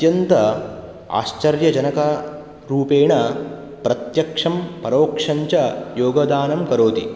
अत्यन्त आश्चर्यजनकरूपेण प्रत्यक्षं परोक्षं च योगदानं करोति